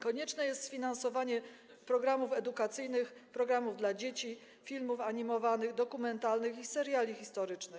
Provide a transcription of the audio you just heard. Konieczne jest sfinansowanie programów edukacyjnych, programów dla dzieci, filmów animowanych, dokumentalnych i seriali historycznych.